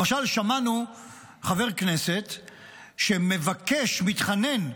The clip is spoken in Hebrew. למשל שמענו חבר כנסת שמבקש, מתחנן,